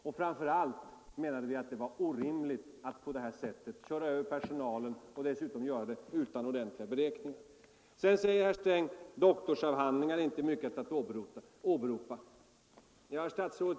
Och framför allt menade vi att det var orimligt att på det sättet köra över personalen och dessutom göra det utan ordentliga beräkningar. Sedan säger herr Sträng: Doktorsavhandlingar är inte mycket att åberopa. Herr statsråd!